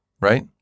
right